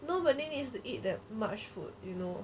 nobody needs to eat the much food you know